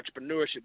entrepreneurship